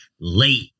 late